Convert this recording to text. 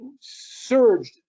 surged